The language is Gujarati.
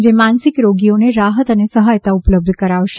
જે માનસિક રોગીઓને રાહત અને સહાયતા ઉપલબ્ધ કરાવશે